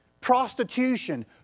prostitution